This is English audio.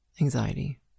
anxiety